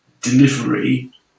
delivery